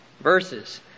verses